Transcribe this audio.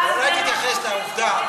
אולי תתייחס לעובדה,